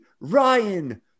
ryan